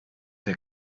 der